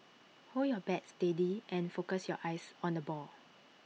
hold your bat steady and focus your eyes on the ball